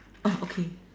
ah okay